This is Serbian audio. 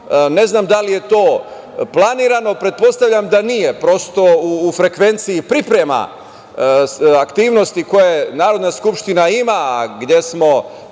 Ne znam da li je to planirano, pretpostavljam da nije. Prosto u frekvenciji priprema aktivnosti koje Narodna skupština ima, gde smo,